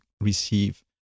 receive